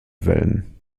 wellen